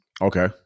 okay